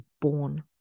born